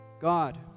God